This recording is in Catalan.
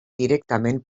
directament